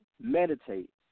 meditate